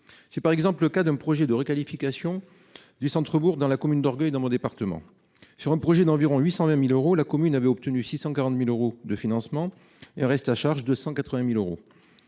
C'est par exemple le cas d'un projet de requalification de centre-bourg dans la commune d'Orgueil, dans mon département, le Tarn-et-Garonne. Sur un projet d'environ 820 000 euros, la commune avait obtenu 640 000 euros de financement, avec un reste à charge de 180 000 euros.